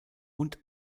und